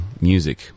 music